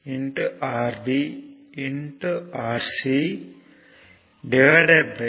47 சமன்பாடுகளால் 2